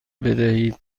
بدهید